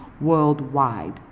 worldwide